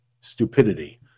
stupidity